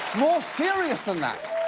more serious than that.